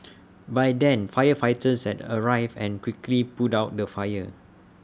by then firefighters had arrived and quickly put out the fire